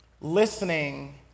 Listening